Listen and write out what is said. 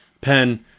pen